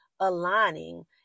aligning